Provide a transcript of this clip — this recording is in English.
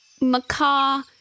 macaw